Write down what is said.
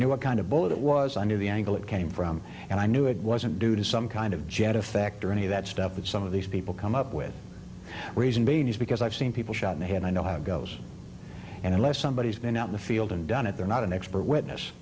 knew what kind of bullet it was under the angle it came from and i knew it wasn't due to some kind of jet effect or any of that stuff that some of these people come up with raising babies because i've seen people shot in the head i know how it goes and unless somebody has been out in the field and done it they're not an expert witness